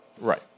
Right